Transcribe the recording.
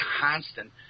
constant